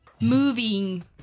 moving